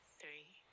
three